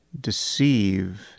Deceive